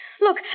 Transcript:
Look